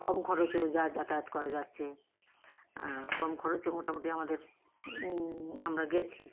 কম খরচেও যা যাতায়াত করা যাচ্ছে কম খরচে মোটামুটি আমাদের আমরা গেছি